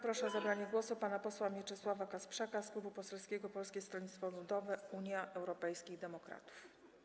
Proszę o zabranie głosu pana posła Mieczysława Kasprzaka z Klubu Poselskiego Polskiego Stronnictwa Ludowego - Unii Europejskich Demokratów.